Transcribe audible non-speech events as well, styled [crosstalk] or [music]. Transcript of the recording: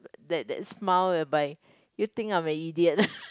that that smile whereby you think I'm a idiot [laughs]